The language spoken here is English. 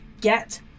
get